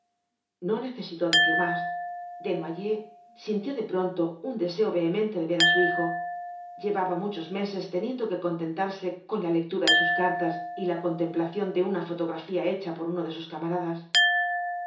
no necesitó decir más desnoyers sintió de pronto un deseo vehemente de ver á su hijo llevaba muchos meses teniendo que contentarse con la lectura de sus cartas y la contemplación de una fotografía hecha por uno de sus camaradas